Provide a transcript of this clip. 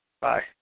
Bye